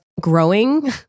growing